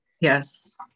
Yes